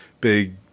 big